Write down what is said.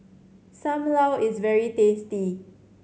Sam Lau is very tasty